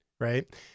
right